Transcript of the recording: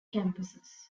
campuses